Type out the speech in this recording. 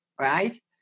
right